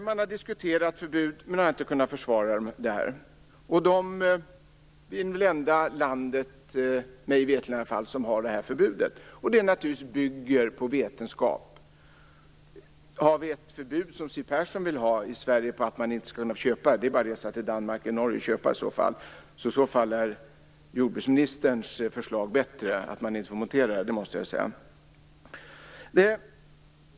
Man har diskuterat ett förbud men inte kunnat försvara det - mig veterligt är vi det enda landet som har det här förbudet - och det bygger naturligtvis på vetenskap. Om vi hade ett förbud mot försäljning i Sverige som Siw Persson vill är det bara att resa till Danmark eller Norge och köpa där. I så fall måste jag säga att jordbruksministerns förslag är bättre: att man inte skall få montera kodressörer.